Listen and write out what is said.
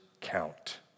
count